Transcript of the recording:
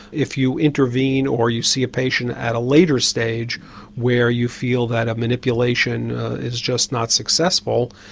if you intervene or you see a patient at a later stage where you feel that a manipulation is just not successful,